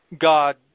God